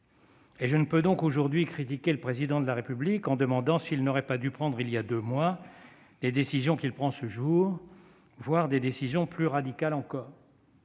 et je ne peux donc aujourd'hui critiquer le Président de la République en me demandant s'il n'aurait pas dû prendre il y a deux mois les décisions qu'il prend ce jour, voire des décisions plus radicales encore.